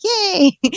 yay